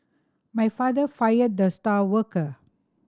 my father fired the star worker